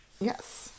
Yes